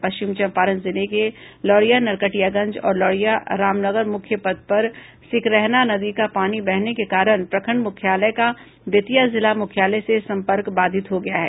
पश्चिम चंपारण जिले के लौरिया नरकटियागंज और लौरिया रामनगर मुख्य पथ पर सिकरहना नदी का पानी बहने के कारण प्रखण्ड मुख्यालय का बेतिया जिला मुख्यालय से सम्पर्क बाधित हो गया है